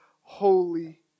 holy